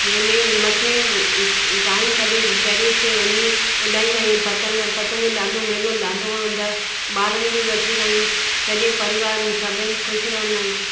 जंहिंमें मथे टाइम कढी टेरिस ते वञी उॾाईंदा आहियूं पतंग पतंग ॾाढो मेनो ॾाढो आहे ॿारनि खे वठी ईंदा आहियूं सॼे परिवार में सभिनि ख़ुशि रहंदा आहियूं